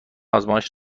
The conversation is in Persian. آزمایش